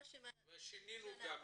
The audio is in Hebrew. והיא אומרת שהדברים השתנו.